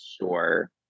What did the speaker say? sure